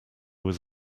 was